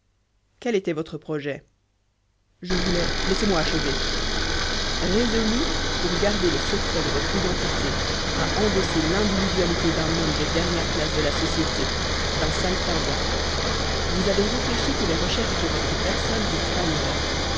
quel était votre projet je voulais laissez-moi achever résolu pour garder le secret de votre identité à endosser l'individualité d'un homme des dernières classes de la société d'un saltimbanque vous avez réfléchi que les recherches de votre personne vous trahiraient